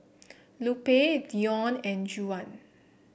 Lupe Deon and Juwan